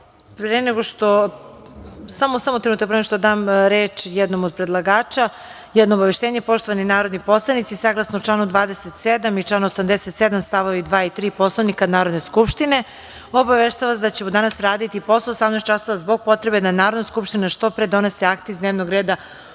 kolega Arsiću. Pre nego što dam reč jednom od predlagača, jedno obaveštenje. Poštovani narodni poslanici, saglasno članu 27. i članu 87. stavovi 2. i 3. Poslovnika Narodne skupštine, obaveštavam vas da ćemo danas raditi posle 18,00 časova zbog potrebe da Narodna skupština što pre donese akte iz dnevnog reda